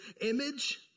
image